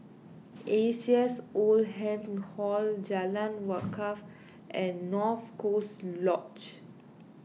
A C S Oldham Hall Jalan Wakaff and North Coast Lodge